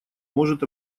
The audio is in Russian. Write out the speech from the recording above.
может